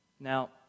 Now